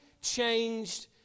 changed